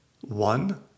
One